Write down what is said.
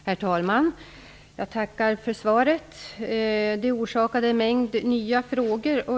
Herr talman! Jag tackar för svaret. Det orsakade en mängd nya frågor.